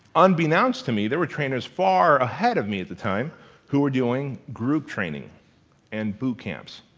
unbeknownst to me, there were trainers far ahead of me at the time who were doing group training and boot camps.